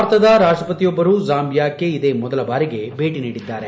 ಭಾರತದ ರಾಷ್ಟ್ರಪತಿಯೊಬ್ಬರು ಜಾಂಬಿಯಾಕ್ಲೆ ಇದೇ ಮೊದಲ ಬಾರಿಗೆ ಭೇಟಿ ನೀಡಿದ್ದಾರೆ